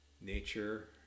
nature